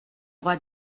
roi